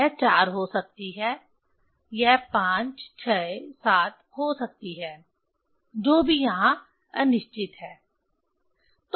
यह 4 हो सकती है यह 5 6 7 हो सकती है जो भी यहां अनिश्चित है